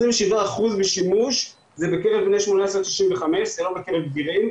27% משימוש זה בקרב בני 18-65, זה לא בקרב בגירים.